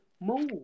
move